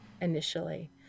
initially